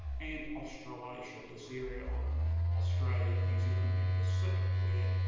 and australasia, this area of australia, new zealand, and pacific, where,